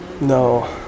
No